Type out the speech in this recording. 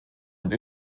und